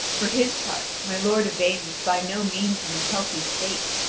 for his part, my lord yvain was by no means in a healthy state,